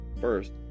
First